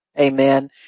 Amen